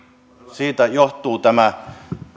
siitä johtuu tämä